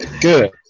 good